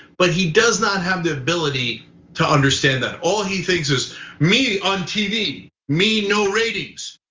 but he does not have the ability to understand that. all he thinks is me on tv, me no ratings.